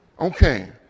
Okay